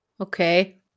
Okay